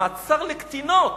מעצר לקטינות